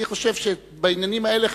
אני חושב שבעניינים האלה,